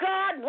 God